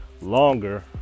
longer